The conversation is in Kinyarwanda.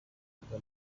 murwa